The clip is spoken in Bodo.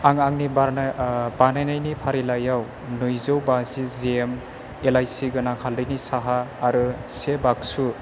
आं आंनि बार बानायनायनि फारिलाइआव नैजौ बाजि जिएम एलाइसि गोनां हाल्दैनि साहा आरो से बाक्सु